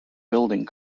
building